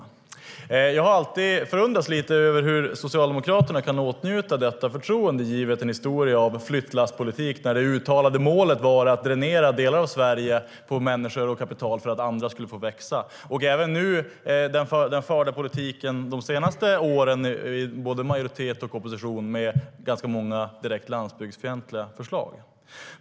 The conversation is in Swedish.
Jag har alltid förundrats lite grann över hur Socialdemokraterna kan åtnjuta detta förtroende givet en historia av flyttlasspolitik där det uttalade målet var att dränera delar av Sverige på människor och kapital för att andra skulle få växa. Även i Socialdemokraternas förda politik under de senaste åren, både i majoritet och i opposition, har det varit ganska många direkt landsbygdsfientliga förslag.